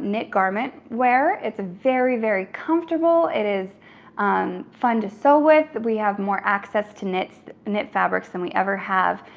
knit garment where it's very, very comfortable, it is um fun to sow with, we have more access to knit knit fabrics than we ever have.